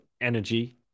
energy